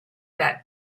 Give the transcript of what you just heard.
that